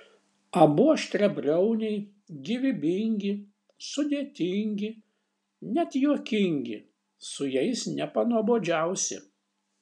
abu aštriabriauniai gyvybingi sudėtingi net juokingi su jais nepanuobodžiausi